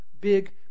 Big